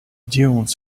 dunes